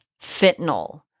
fentanyl